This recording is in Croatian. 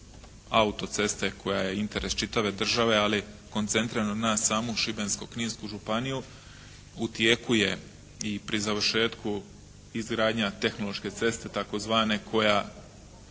autoceste koja je interes čitave države ali koncentrirana na samu Šibensko-kninsku županiju, u tijeku je i pri završetku izgradnja tehnološke ceste tzv. koja